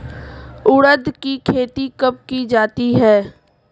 उड़द की खेती कब की जाती है?